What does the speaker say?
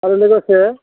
आरो लोगोसे